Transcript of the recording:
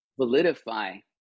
validify